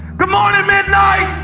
good morning, midnight!